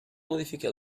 modifica